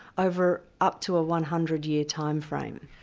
over up to a one hundred year time frame.